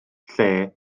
lle